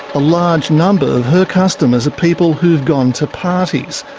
a large number of her customers are people who've gone to parties,